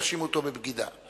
יאשימו אותו בבגידה.